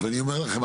ואני אומר לכם,